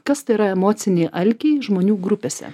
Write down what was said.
kas tai yra emocinį alkį žmonių grupėse